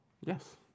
yes